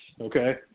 okay